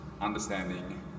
understanding